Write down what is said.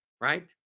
Right